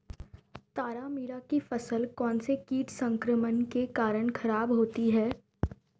तारामीरा की फसल कौनसे कीट संक्रमण के कारण खराब होती है?